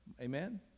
Amen